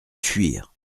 fuir